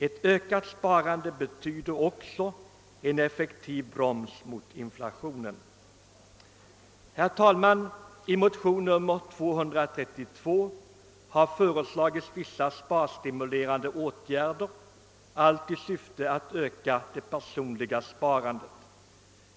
Ett ökat sparande är också en effektiv broms på inflationen. Herr talman! I motion II: 232 har föreslagits vissa sparstimulerande åtgärder, allt i syfte att öka det personliga sparandet.